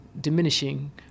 diminishing